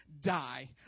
Die